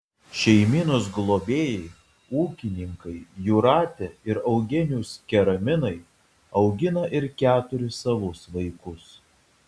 šeimynos globėjai ūkininkai jūratė ir eugenijus keraminai augina ir keturis savus vaikus